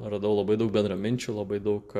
radau labai daug bendraminčių labai daug